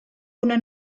una